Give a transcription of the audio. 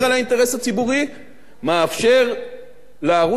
מאפשר לערוץ הזה וגם לערוצים אחרים,